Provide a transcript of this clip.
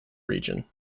region